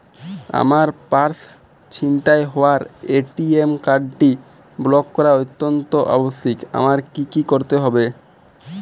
আমার পার্স ছিনতাই হওয়ায় এ.টি.এম কার্ডটি ব্লক করা অত্যন্ত আবশ্যিক আমায় কী কী করতে হবে?